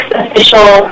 official